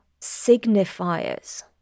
signifiers